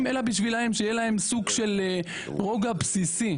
אלא בשבילם שיהיה להם סוג של רוגע בסיסי